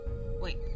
Wait